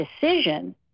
decision